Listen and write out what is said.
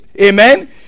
Amen